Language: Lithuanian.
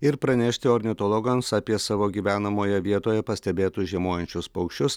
ir pranešti ornitologams apie savo gyvenamoje vietoje pastebėtus žiemojančius paukščius